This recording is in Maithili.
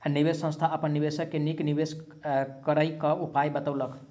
निवेश संस्थान अपन निवेशक के नीक निवेश करय क उपाय बतौलक